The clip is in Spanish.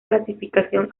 clasificación